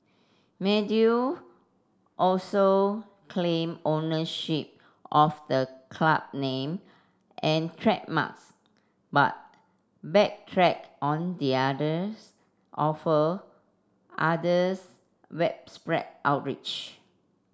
also claimed ownership of the club name and trademarks but backtracked on the others offer others outrage